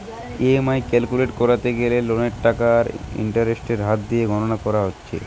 EMI calculate কোরতে গ্যালে লোনের টাকা আর ইন্টারেস্টের হার দিয়ে গণনা কোরতে হচ্ছে